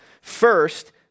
First